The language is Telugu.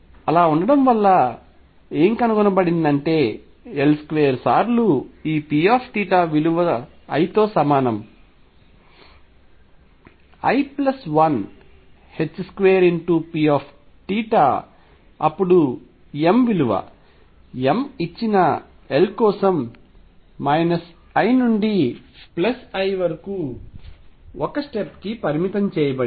అలా ఉండటం వలన ఏమి కనుగొనబడిందంటే L2 సార్లు ఈ P θ విలువ l తో సమానం l ప్లస్ 1 2 Pθ అప్పుడు m విలువ m ఇచ్చిన L కోసం మైనస్ l నుండి ప్లస్ l వరకు ఒక స్టెప్ కి పరిమితం చేయబడింది